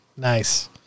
nice